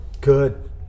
Good